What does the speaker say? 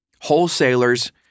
Wholesalers